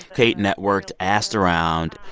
kate networked, asked around.